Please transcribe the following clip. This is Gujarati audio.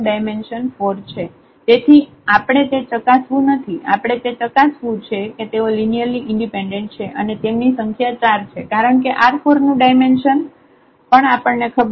તેથી અપને તે ચકાસવું નથી આપણે તે ચકાસવુ છે કે તેઓ લિનિયરલી ઈન્ડિપેન્ડેન્ટ છે અને તેમની સંખ્યા 4 છે કારણ કે R4 નું ડાયમેન્શન પણ આપણને ખબર છે